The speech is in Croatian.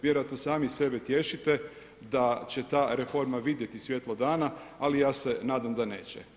Vjerojatno sami sebe tješite da će ta reforma vidjeti svjetlo dana, ali ja se nadam da neće.